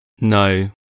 No